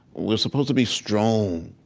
we're supposed to be strong.